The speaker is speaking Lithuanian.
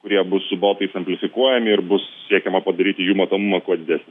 kurie bus su botais amplifikuojami ir bus siekiama padaryti jų matomumą kuo didesnį